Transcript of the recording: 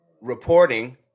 reporting